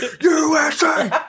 USA